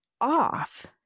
off